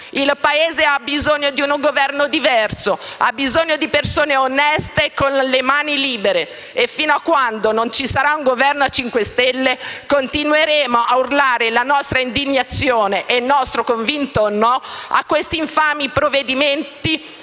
Il Paese ha bisogno di un Governo diverso, ha bisogno di persone oneste e con le mani libere. E, fino a quando non ci sarà un Governo a 5 Stelle, continueremo ad urlare la nostra indignazione e il nostro convinto no a questi infami provvedimenti